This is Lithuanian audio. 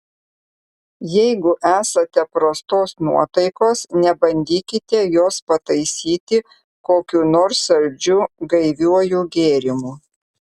jeigu esate prastos nuotaikos nebandykite jos pataisyti kokiu nors saldžiu gaiviuoju gėrimu